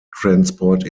transport